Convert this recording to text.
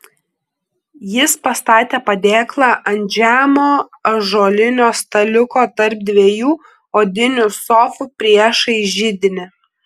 jis pastatė padėklą ant žemo ąžuolinio staliuko tarp dviejų odinių sofų priešais židinį